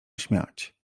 śmiać